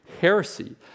heresy